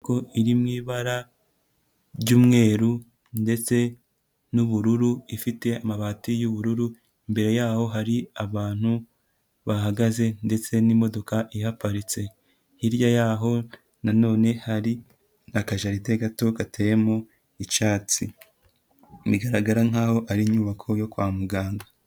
Inyubako iri mu ibara ry'umweru ndetse n'ubururu ifite amabati y'ubururu, imbere yaho hari abantu bahagaze ndetse n'imodoka ihaparitse, hirya yaho na none hari aka jaride gato gateyemo icyatsi, igaragara nkaho ari inyubako yo kwa muganga.